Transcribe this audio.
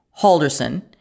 Halderson